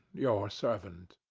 your servant.